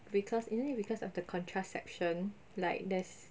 because isn't it because of the contraception like there's